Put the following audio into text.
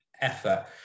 effort